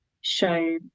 show